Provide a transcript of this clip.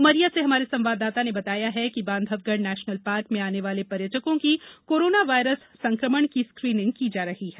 उमरिया से हमारे संवाददाता ने बताया है कि बांधवगढ़ नेशनल पार्क में आने वाले पर्यटकों की कोरोना वायरस संकमण की स्कीनिंग की जा रही है